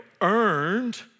earned